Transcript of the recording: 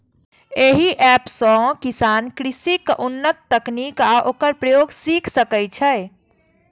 एहि एप सं किसान कृषिक उन्नत तकनीक आ ओकर प्रयोग सीख सकै छै